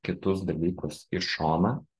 kitus dalykus į šoną